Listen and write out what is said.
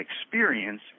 experience